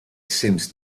seems